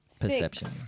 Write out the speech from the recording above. Perception